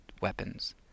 weapons